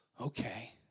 okay